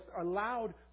allowed